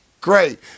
Great